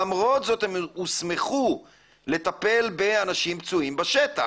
למרות זאת הם הוסמכו לטפל באנשים פצועים בשטח.